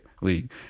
league